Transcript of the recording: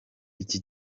iki